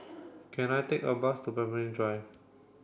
can I take a bus to Pemimpin Drive